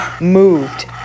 moved